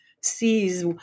sees